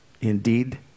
Indeed